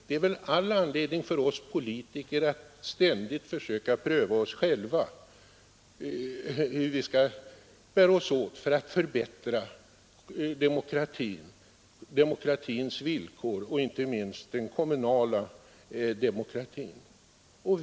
Det är väl all anledning för oss politiker att ständigt försöka pröva hur vi själva skall bära oss åt för att kunna förbättra demokratins villkor, inte minst den kommunala demokratins.